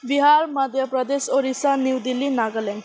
Bihar Madhya Pradesh Odisha new Delhi Nagaland